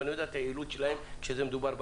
ואני לא יודע את היעילות שלהם כשמדובר באזרח.